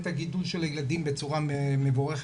את הגידול של הילדים בצורה מבורכת.